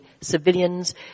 civilians